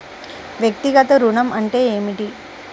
వ్యక్తిగత ఋణం అంటే ఏమిటి?